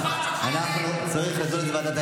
אנחנו עוטפים גופות.